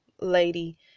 lady